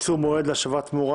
שעה - תיקון) (תיקון מס׳ 2) (הוראת שעה - קיצור המועד להשבת התמורה),